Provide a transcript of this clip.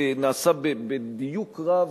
נעשה בדיוק רב,